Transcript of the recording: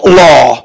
law